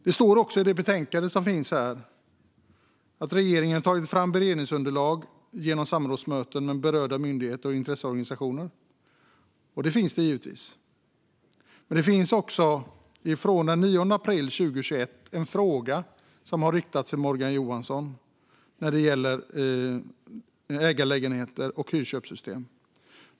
Det står i också i betänkandet att regeringen har tagit fram beredningsunderlag genom samrådsmöten med berörda myndigheter och intresseorganisationer. Och sådana finns givetvis. Den 9 april 2021 riktades också en fråga till Morgan Johansson om ägarlägenheter och hyrköpssystem.